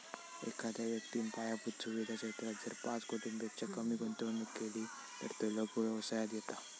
एखाद्या व्यक्तिन पायाभुत सुवीधा क्षेत्रात जर पाच कोटींपेक्षा कमी गुंतवणूक केली तर तो लघु व्यवसायात येता